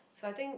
so I think